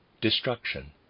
destruction